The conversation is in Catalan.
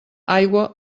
aigua